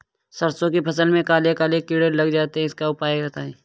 सरसो की फसल में काले काले कीड़े लग जाते इसका उपाय बताएं?